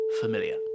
familiar